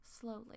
Slowly